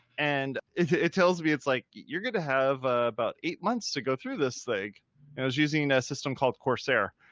it tells me, it's like, you're going to have a about eight months to go through this thing. and i was using a system called coursera,